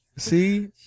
See